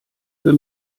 für